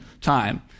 time